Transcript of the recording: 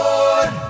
Lord